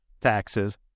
taxes